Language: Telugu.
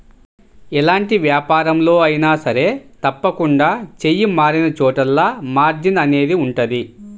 ఎలాంటి వ్యాపారంలో అయినా సరే తప్పకుండా చెయ్యి మారినచోటల్లా మార్జిన్ అనేది ఉంటది